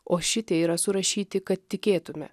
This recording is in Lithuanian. o šitie yra surašyti kad tikėtume